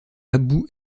abou